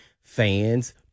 fans